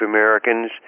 Americans